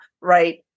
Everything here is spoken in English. right